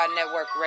Network